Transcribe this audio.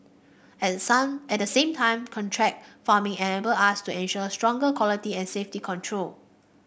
at the sum at he same time contract farming enable us to ensure stronger quality and safety control